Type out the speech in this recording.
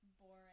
boring